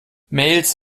mails